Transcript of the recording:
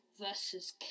versus